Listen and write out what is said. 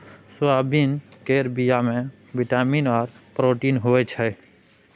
soybean केर बीया मे बिटामिन आर प्रोटीन होई छै